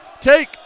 take